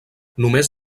només